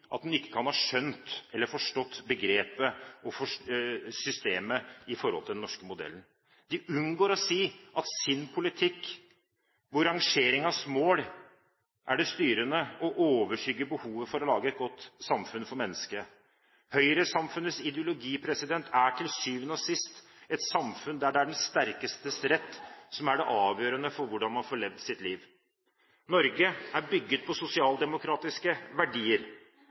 i den norske modellen, og noe jeg egentlig kan forstå, er akkurat det. For da jeg hørte Høyres parlamentariske leder i dag, kan jeg i beste fall si at hun ikke kan ha skjønt eller forstått begrepet og systemet i «den norske modellen». De unngår å si at deres politikk tilsier at rangeringens mål er det styrende og overskygger behovet for å lage et godt samfunn for mennesker. Høyre-samfunnets ideologi er til syvende og sist et samfunn der det er den sterkestes rett som er